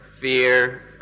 fear